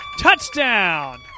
touchdown